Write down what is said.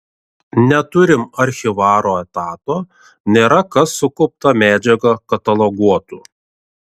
neturim archyvaro etato nėra kas sukauptą medžiagą kataloguotų